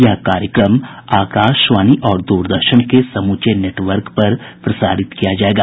यह कार्यक्रम आकाशवाणी और द्रदर्शन के समूचे नेटवर्क पर प्रसारित किया जाएगा